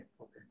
okay